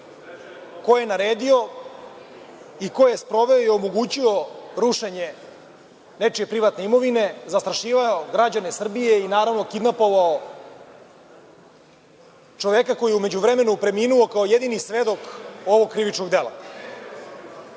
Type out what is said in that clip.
ko je naredio i ko je sproveo i omogućio rušenje nečije privatne imovine, zastrašivao građane Srbije i, naravno, kidnapovao čoveka koji je u međuvremenu preminuo kao jedini svedok ovog krivičnog dela. Dok